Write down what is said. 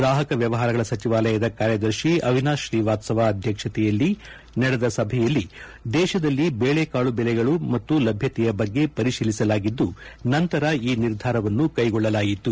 ಗ್ರಾಹಕ ವ್ಯವಹಾರಗಳ ಸಚಿವಾಲಯದ ಕಾರ್ಯದರ್ಶಿ ಅವಿನಾಶ್ ಶ್ರೀವಾತ್ಪವ ಅಧ್ಯಕ್ಷತೆಯಲ್ಲಿ ನಡೆದ ಸಭೆಯಲ್ಲಿ ದೇಶದಲ್ಲಿ ಬೇಳೆಕಾಳು ಬೆಲೆಗಳು ಮತ್ತು ಲಭ್ಯತೆಯ ಬಗ್ಗೆ ಪರಿಶೀಲಿಸಲಾಗಿದ್ದು ನಂತರ ಈ ನಿರ್ಧಾರವನ್ನು ಕೈಗೊಳ್ಳಲಾಯಿತು